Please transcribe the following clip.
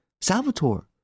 Salvatore